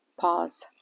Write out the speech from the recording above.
Pause